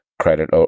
credit